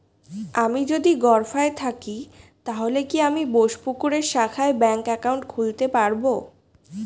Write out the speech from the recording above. আমি যদি গরফায়ে থাকি তাহলে কি আমি বোসপুকুরের শাখায় ব্যঙ্ক একাউন্ট খুলতে পারবো?